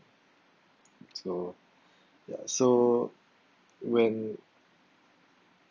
so ya so when